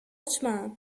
watchman